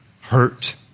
hurt